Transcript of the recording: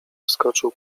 wskoczył